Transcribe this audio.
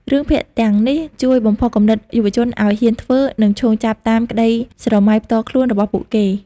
រឿងភាគ ទាំងនេះជួយបំផុសគំនិតយុវជនឱ្យហ៊ានធ្វើ និងឈោងចាប់តាមក្ដីស្រមៃផ្ទាល់ខ្លួនរបស់ពួកគេ។